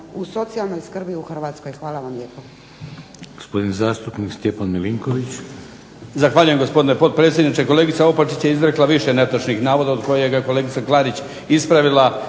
u socijalnoj skrbi u Hrvatskoj. Hvala vam lijepo.